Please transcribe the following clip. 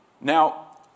Now